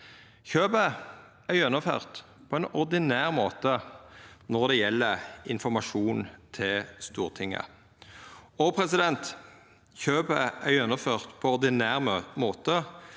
kjøpet er gjennomført på ordinær måte når det gjeld informasjon til Stortinget, og kjøpet er gjennomført på ordinær måte